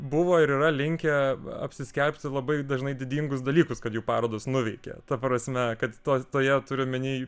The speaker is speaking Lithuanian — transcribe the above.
buvo ir yra linkę apsiskelbti labai dažnai didingus dalykus kad jų parodas nuveikė ta prasme kad tos toje turiu omeny